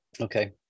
okay